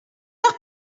heure